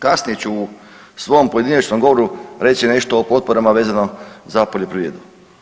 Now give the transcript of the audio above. Kasnije ću u svom pojedinačnom govoru reći nešto o potporama vezano za poljoprivredu.